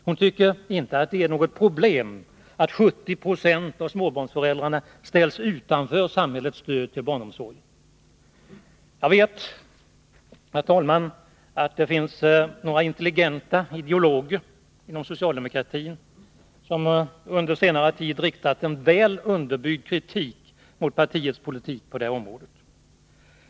Hon tycker inte att det är något problem att 70 260 av småbarnsföräldrarna ställs utanför samhällets stöd till barnomsorgen. Jag vet, herr talman, att det finns några intelligenta ideologer inom socialdemokratin som under senaste tid har riktat en väl underbyggd kritik mot partiets politik på detta område.